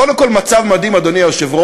קודם כול, מצב מדהים, אדוני היושב-ראש,